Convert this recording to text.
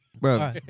Bro